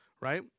right